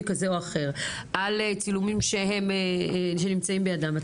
כזה או אחר על צילומים שנמצאים בידם,